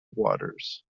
waters